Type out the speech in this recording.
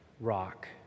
rock